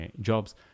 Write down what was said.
jobs